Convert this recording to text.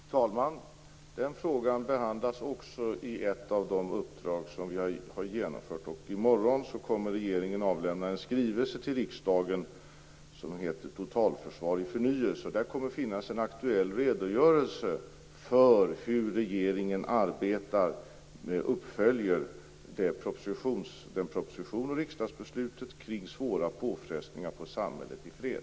Fru talman! Den frågan behandlas också i ett av de uppdrag som vi har genomfört. I morgon kommer regeringen att avlämna en skrivelse till riksdagen som heter Totalförsvar i förnyelse. Där kommer det att finnas en aktuell redogörelse för hur regeringen arbetar och följer upp propositionen och riksdagsbeslutet om svåra påfrestningar på samhället i fred.